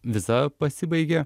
viza pasibaigė